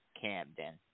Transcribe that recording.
Camden